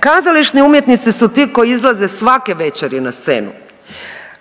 Kazališni umjetnici su ti koji izlaze svake večeri na scenu.